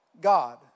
God